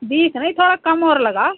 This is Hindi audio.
बीस नहीं थोड़ा कम और लगाओ